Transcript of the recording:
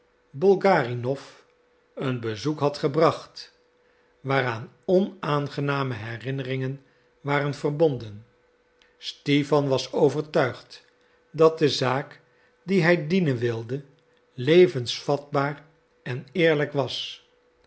bolgarinow een bezoek had gebracht waaraan onaangename herinneringen waren verbonden stipan was overtuigd dat de zaak die hij dienen wilde levensvatbaar en eerlijk was